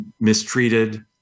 mistreated